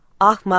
Ahmad